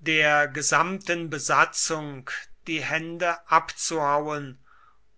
der gesamten besatzung die hände abzuhauen